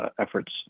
efforts